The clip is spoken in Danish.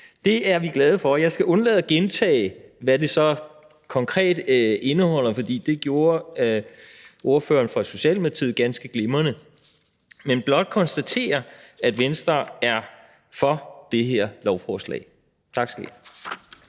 Det er vi glade for, og jeg skal undlade at gentage, hvad det så konkret indeholder, for det gjorde ordføreren fra Socialdemokratiet ganske glimrende, men blot konstatere, at Venstre er for det her lovforslag. Tak. Kl.